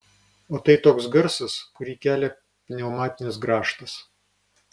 o tai toks garsas kurį kelia pneumatinis grąžtas